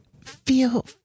feel